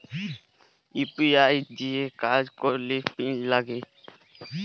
UPI দিঁয়ে কাজ ক্যরলে পিল লাগে